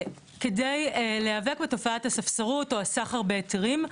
כדי להיאבק בתופעה הספסרות או הסחר בהיתרים,